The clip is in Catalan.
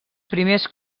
primers